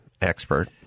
expert